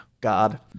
God